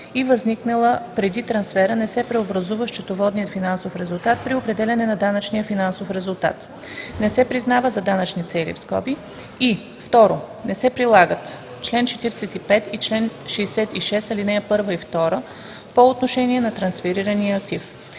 и възникнала преди трансфера, не се преобразува счетоводният финансов резултат при определяне на данъчния финансов резултат (не се признава за данъчни цели), и 2. не се прилагат чл. 45 и чл. 66, ал. 1 и 2 по отношение на трансферирания актив.